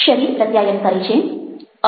શરીર પ્રત્યાયન કરે છે